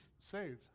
saved